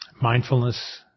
mindfulness